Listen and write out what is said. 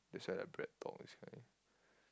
that's why I like Bread-Talk that's why